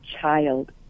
child